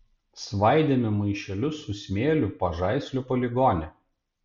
svaidėme maišelius su smėliu pažaislio poligone